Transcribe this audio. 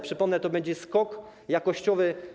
Przypomnę, że to będzie skok jakościowy.